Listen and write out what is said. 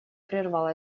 прервал